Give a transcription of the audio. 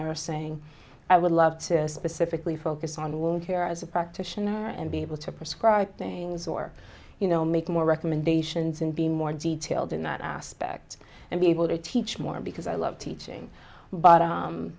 nursing i would love to specifically focus on the wound care as a practitioner and be able to prescribe things or you know make more recommendations and be more detailed in that aspect and be able to teach more because i love teaching but